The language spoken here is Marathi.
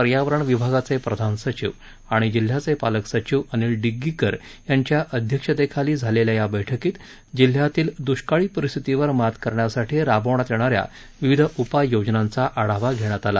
पर्यावरण विभागाचे प्रधान सचिव आणि जिल्ह्याचे पालक सचिव अनिल डिग्गीकर यांच्या अध्यक्षतेखाली झालेल्या या बैठकीत जिल्ह्यातील द्दष्काळी परिस्थितीवर मात करण्यासाठी राबवण्यात येणा या विविध उपाययोजनांचा आढावा घेण्यात आला